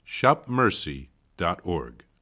shopmercy.org